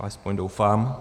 Aspoň doufám.